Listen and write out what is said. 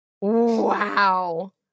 Wow